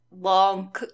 long